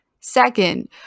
Second